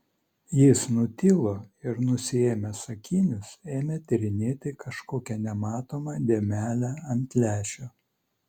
jis nutilo ir nusiėmęs akinius ėmė tyrinėti kažkokią nematomą dėmelę ant lęšio